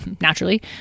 naturally